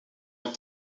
les